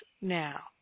now